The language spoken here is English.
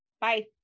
Bye